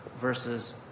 versus